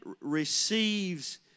receives